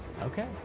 okay